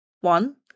one